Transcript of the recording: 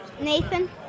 Nathan